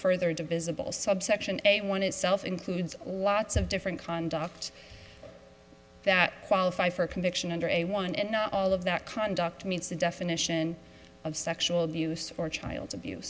further divisible subsection eight one itself includes lots of different conduct that qualify for a conviction under a woman and know all of that conduct meets the definition of sexual abuse or child abuse